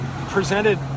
presented